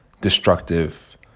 destructive